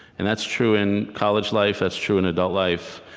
and that's true in college life. that's true in adult life.